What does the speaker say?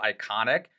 iconic